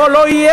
רק אתה.